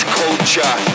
culture